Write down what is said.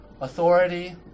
authority